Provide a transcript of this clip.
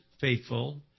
faithful